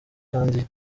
kandi